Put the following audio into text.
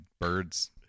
birds